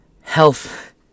health